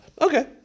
Okay